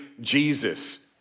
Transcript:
Jesus